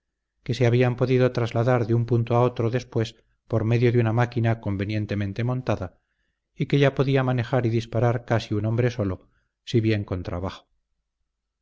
que se había podido trasladar de un punto a otro después por medio de una máquina convenientemente montada y que ya podía manejar y disparar casi un hombre solo si bien con trabajo